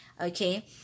okay